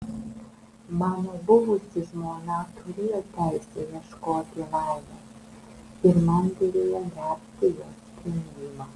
mano buvusi žmona turėjo teisę ieškoti laimės ir man derėjo gerbti jos sprendimą